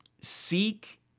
seek